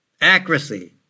accuracy